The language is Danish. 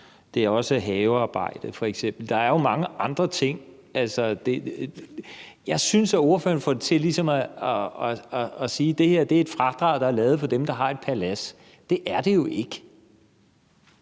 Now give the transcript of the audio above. gælder også havearbejde f.eks. Der er jo mange andre ting. Jeg synes, at ordføreren får det til at lyde, som om det er et fradrag, der er lavet for dem, der har et palads – det er det jo ikke.